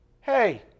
hey